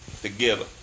together